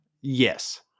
yes